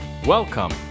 Welcome